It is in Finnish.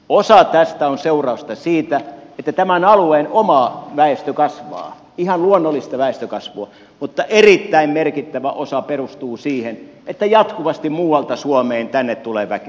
osa tästä on seurausta siitä että tämän alueen oma väestö kasvaa ihan luonnollista väestökasvua mutta erittäin merkittävä osa perustuu siihen että jatkuvasti muualta suomesta tulee tänne väkeä